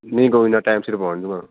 ਨਹੀਂ ਕੋਈ ਨਾ ਟਾਈਮ ਸਿਰ ਪਹੁੰਚ ਜਾਊਂਗਾ